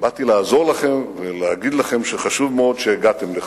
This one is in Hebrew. באתי לעזור ולהגיד לכם שחשוב מאוד שהגעתם לכאן.